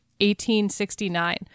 1869